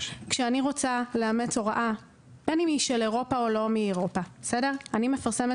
כשאני רוצה לאמץ הוראה בין היא מאירופה או לא מאירופה אני מפרסמת